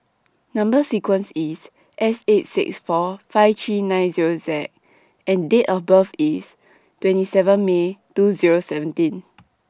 Number sequence IS S eight six four five three nine Zero Z and Date of birth IS twenty seventeen May two Zero seventeen